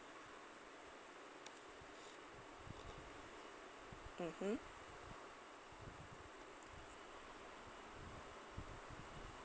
mmhmm